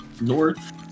North